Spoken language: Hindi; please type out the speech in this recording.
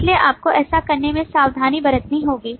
इसलिए आपको ऐसा करने में सावधानी बरतनी होगी